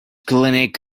clinic